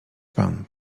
pan